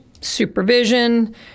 supervision